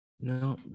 No